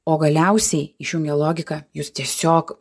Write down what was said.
o galiausiai išjungę logiką jūs tiesiog